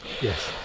yes